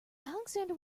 alexander